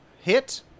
hit